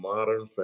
Modern